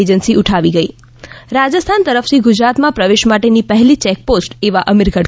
agency ઉઠાવી ગઈ રાજસ્થાન તરફ થી ગુજરાતમાં પ્રવેશ માટેની પહેલી ચેકપોસ્ટ એવા અમીરગઢ ખાતે